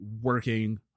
working